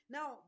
Now